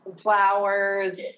flowers